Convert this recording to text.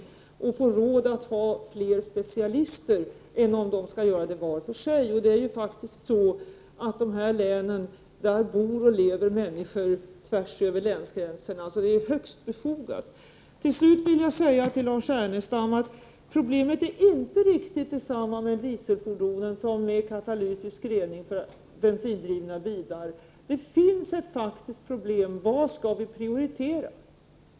Länsstyrelserna får då råd med flera specialister än om de skall göra arbetet var för sig. I dessa län bor och lever människor tvärs över länsgränserna, så ett samarbete är högst befogat. Slutligen vill jag säga till Lars Ernestam att problemet inte är riktigt detsamma med dieselfordonen som med den katalytiska reningen av bensindrivna bilar. Det finns ett faktiskt problem: Vad skall vi prioritera?